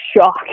shock